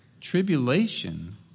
Tribulation